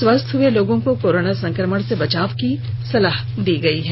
स्वस्थ हुए लोगों को कोरोना संक्रमण से बचाव के लिए सलाह दी गयी है